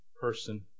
person